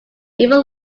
even